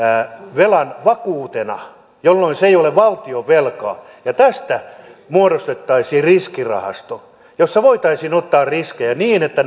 velan vakuutena jolloin se ei ole valtionvelkaa ja tästä muodostettaisiin riskirahasto jossa voitaisiin ottaa riskejä niin että